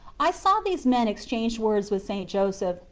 i saw these men exchange words with st. joseph,